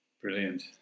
brilliant